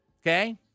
Okay